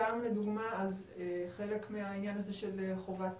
שם לדוגמה חלק מהעניין הזה של חובת